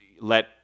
let